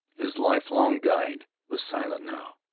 his lifelong guide was silent now,